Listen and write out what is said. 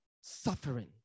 suffering